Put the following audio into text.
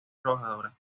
trabajadora